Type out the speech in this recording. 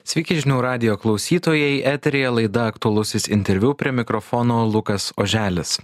sveiki žinių radijo klausytojai eteryje laida aktualusis interviu prie mikrofono lukas oželis